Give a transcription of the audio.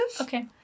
Okay